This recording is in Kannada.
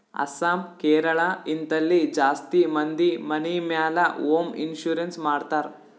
ಅಸ್ಸಾಂ, ಕೇರಳ, ಹಿಂತಲ್ಲಿ ಜಾಸ್ತಿ ಮಂದಿ ಮನಿ ಮ್ಯಾಲ ಹೋಂ ಇನ್ಸೂರೆನ್ಸ್ ಮಾಡ್ತಾರ್